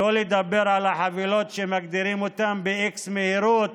שלא לדבר על החבילות שמגדירים אותן ב-x מהירות